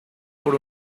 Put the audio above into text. por